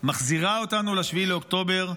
מחזירה אותנו ל-7 באוקטובר.